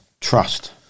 trust